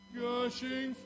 gushing